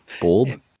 Bold